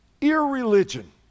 Irreligion